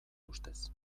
ustez